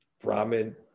Brahmin